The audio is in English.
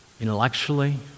intellectually